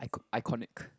I con~ I connect